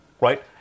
Right